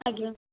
ଆଜ୍ଞା